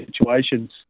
situations